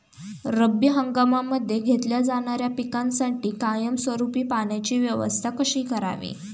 रब्बी हंगामामध्ये घेतल्या जाणाऱ्या पिकांसाठी कायमस्वरूपी पाण्याची व्यवस्था कशी करावी?